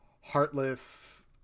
heartless